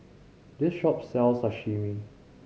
this shop sells Sashimi